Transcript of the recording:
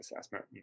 assessment